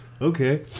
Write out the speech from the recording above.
Okay